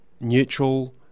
neutral